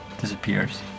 disappears